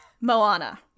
Moana